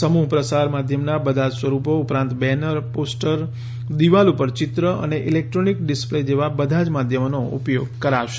સમૂહ પ્રસાર માધ્યમના બધા જ સ્વરૂપો ઉપરાંત બેનર પોસ્ટર દીવાલ ઉપર ચિત્ર અને ઇલેક્ટ્રોનિક ડિસપ્લે જેવા બધા જ માધ્યમોનો ઉપયોગ કરાશે